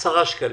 ב-10 שקלים.